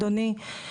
אדוני,